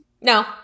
No